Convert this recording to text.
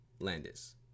Landis